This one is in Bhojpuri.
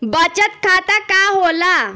बचत खाता का होला?